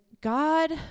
God